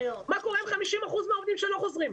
מה קורה עם 50 אחוזים שלא חוזרים?